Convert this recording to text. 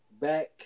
back